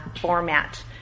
format